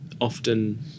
often